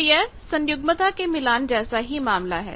तो यह सन्युग्मता के मिलान जैसा ही मामला है